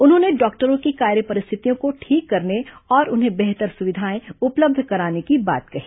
उन्होंने डॉक्टरों की कार्य परिस्थितियों को ठीक करने और उन्हें बेहतर सुविधाएं उपलब्ध कराने की बात कही